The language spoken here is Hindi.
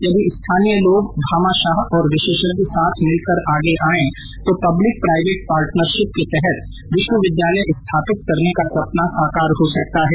यदि स्थानीय लोग भामाशाह और विशेषज्ञ साथ मिलकर आगे आएं तो पब्लिक प्राइवेट पार्टनरशिप के तहत विश्वविद्यालय स्थापित करने का सपना साकार हो सकता है